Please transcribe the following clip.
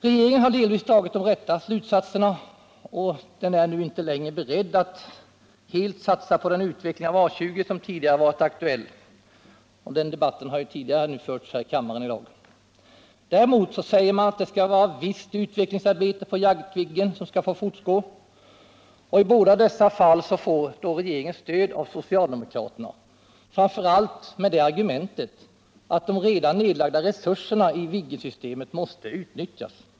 Regeringen har delvis dragit de rätta slutsatserna, och den är inte längre beredd att helt satsa på den utveckling av A 20 som tidigare var aktuell — den frågan har redan debatterats i dag i kammaren. Däremot säger man att visst utvecklingsarbete skall bedrivas i fråga om Jaktviggen, och regeringen får här stöd av socialdemokraterna, framför allt med det argumentet att de redan nedlagda resurserna i Viggensystemet måste utnyttjas.